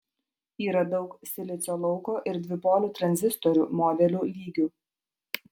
yra daug silicio lauko ir dvipolių tranzistorių modelių lygių